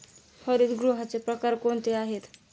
हरितगृहाचे प्रकार कोणते आहेत?